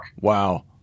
Wow